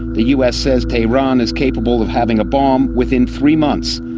the us says tehran is capable of having a bomb within three months.